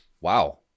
Wow